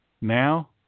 Now